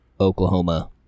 Oklahoma